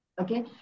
okay